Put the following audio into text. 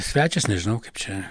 svečias nežinau kaip čia